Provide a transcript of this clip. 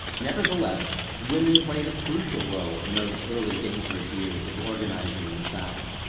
nevertheless, women played a crucial role in those early dangerous years of organizing in the south,